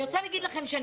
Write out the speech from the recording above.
אני רוצה להגיד לכם שאני